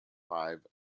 five